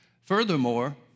Furthermore